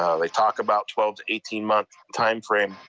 um they talk about twelve to eighteen month timeframe,